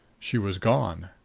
she was gone.